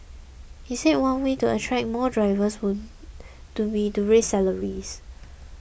he said one way to attract more drivers would to be to raise salaries